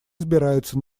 избирается